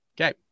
Okay